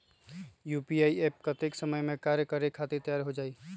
UPI app कतेइक समय मे कार्य करे खातीर तैयार हो जाई?